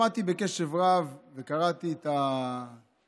שמעתי בקשב רב וקראתי את החוק.